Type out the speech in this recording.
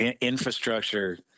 infrastructure